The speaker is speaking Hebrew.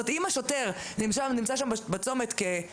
אם, למשל, השוטר נמצא שם, בצומת, כצופה,